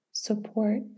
Support